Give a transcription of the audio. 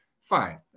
fine